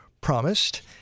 promised